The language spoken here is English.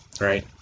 right